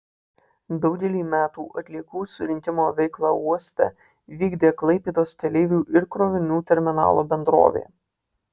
daugelį metų atliekų surinkimo veiklą uoste vykdė klaipėdos keleivių ir krovinių terminalo bendrovė